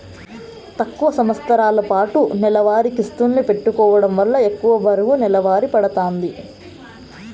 తక్కువ సంవస్తరాలపాటు నెలవారీ కిస్తుల్ని పెట్టుకోవడం వల్ల ఎక్కువ బరువు నెలవారీ పడతాంది